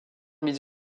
mis